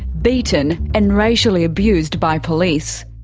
beaten and racially abused by police.